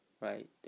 Right